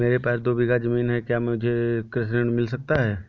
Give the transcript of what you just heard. मेरे पास दो बीघा ज़मीन है क्या मुझे कृषि ऋण मिल सकता है?